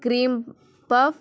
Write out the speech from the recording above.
کریم puff